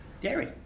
dairy